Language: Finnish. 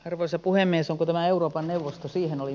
arvoisa puhemies onko tämä euroopan neuvosto siihen oli